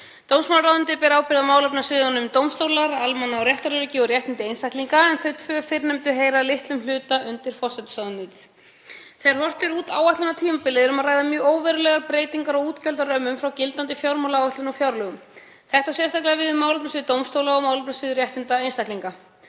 Dómsmálaráðuneytið ber ábyrgð á málefnasviðunum dómstóla, almanna- og réttaröryggi og réttindum einstaklinga, en þau tvö fyrrnefndu heyra að litlum hluta undir forsætisráðuneytið. Þegar horft er út áætlunartímabilið er um að ræða mjög óverulegar breytingar á útgjaldarömmum frá gildandi fjármálaáætlun og fjárlögum. Þetta á sérstaklega við um málefnasvið dómstóla og málefnasvið réttinda einstaklinga.